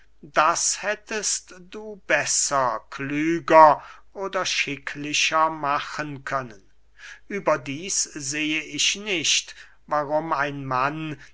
das hättest du besser klüger oder schicklicher machen können überdieß sehe ich nicht warum ein mann